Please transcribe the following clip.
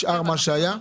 נשאר מה שהיה?